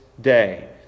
day